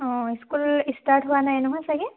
অঁ school start হোৱা নাই নহয় চাগে